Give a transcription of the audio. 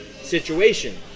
situation